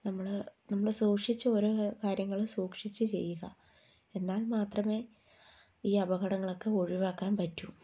നമ്മൾ നമ്മൾ സൂക്ഷിച്ച് ഓരോ കാര്യങ്ങളും സൂക്ഷിച്ച് ചെയ്യുക എന്നാൽ മാത്രമേ ഈ അപകടങ്ങളൊക്കെ ഒഴിവാക്കാൻ പറ്റൂ